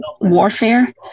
warfare